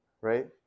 right